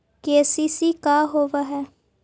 KCC का होव हइ?